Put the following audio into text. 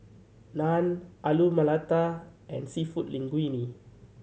Naan Alu Matar and Seafood Linguine